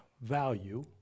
value